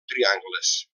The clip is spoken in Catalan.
triangles